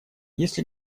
если